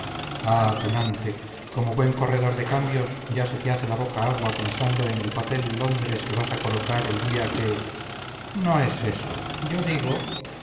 tunante como buen corredor de cambios ya se te hace la boca agua pensando en el papel londres que vas a colocar el día que no es eso yo digo